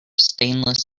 stainless